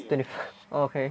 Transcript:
twenty fiv~ okay